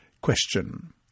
Question